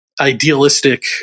Idealistic